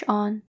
on